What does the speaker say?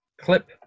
clip